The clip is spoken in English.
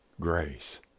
grace